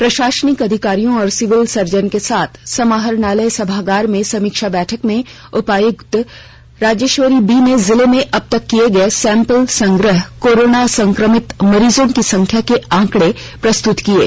प्रशासनिक अधिकारियों और सिविल सर्जन के साथ समाहरणालय सभागार में समीक्षा बैठक में उपायुक्त राजेश्वरी बी ने जिले में अब तक किये गये सैम्पल संग्रहण कोरोना संक्रमित मरीजों की संख्या के आंकड़े प्रस्तुत किये